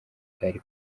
bwari